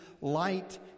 light